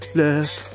left